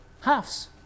halves